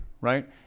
right